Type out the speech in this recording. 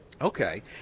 Okay